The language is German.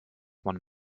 man